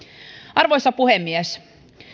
arvoisa puhemies